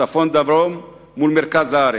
צפון-דרום מול מרכז הארץ.